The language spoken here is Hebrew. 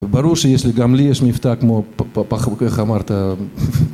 ברור ש... ברור שגם לי יש מבטא, איך שאמרת